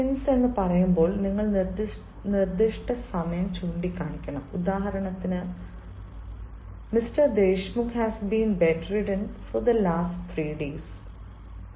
നിങ്ങൾ സിൻസ് എന്ന് പറയുമ്പോൾ നിങ്ങൾ നിർദ്ദിഷ്ട സമയം ചൂണ്ടിക്കാണിക്കണം ഉദാഹരണത്തിന് mister Deshmukh has been bedridden for the last three days എന്ന് ഞാൻ പറഞ്ഞാൽ